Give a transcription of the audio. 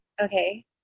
Okay